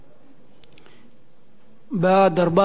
בעד, 14,